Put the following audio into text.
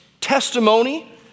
testimony